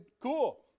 cool